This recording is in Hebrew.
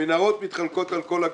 המנהרות מתחלקות על כל הגזרות.